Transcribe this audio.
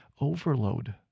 overload